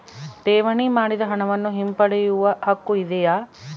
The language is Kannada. ಠೇವಣಿ ಮಾಡಿದ ಹಣವನ್ನು ಹಿಂಪಡೆಯವ ಹಕ್ಕು ಇದೆಯಾ?